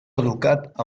educat